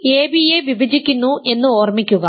അതിനാൽ P ab യെ വിഭജിക്കുന്നു എന്ന് ഓർമ്മിക്കുക